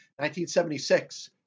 1976